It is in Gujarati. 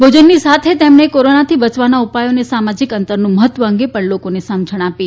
ભોજનની સાથે તેમણે કોરોનાથી બયવાના ઉપાયો અને સામાજિક અંતરનું મહત્વ અંગે પણ લોકોને સમજણ આપી